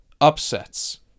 upsets